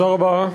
תודה רבה.